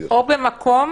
או במקום